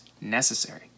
necessary